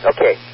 Okay